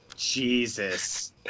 Jesus